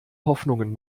hoffnungen